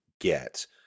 get